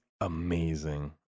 Amazing